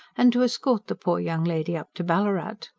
and to escort the poor young lady up to ballarat.